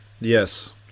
Yes